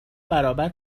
برابر